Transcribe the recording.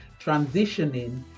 transitioning